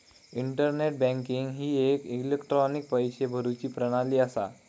internet banking ही एक electronic पैशे भरुची प्रणाली असा